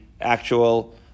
actual